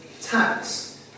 tax